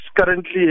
currently